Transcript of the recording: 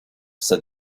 said